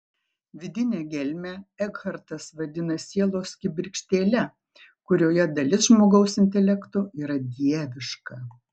vidinę gelmę ekhartas vadina sielos kibirkštėle kurioje dalis žmogaus intelekto yra dieviška